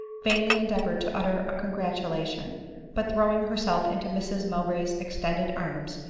vainly endeavored to utter a congratulation but throwing herself into mrs mowbray's extended arms,